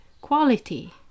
quality